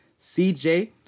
CJ